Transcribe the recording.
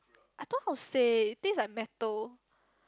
I thought how to say this's like metal